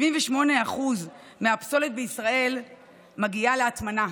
78% מהפסולת בישראל מגיעה להטמנה,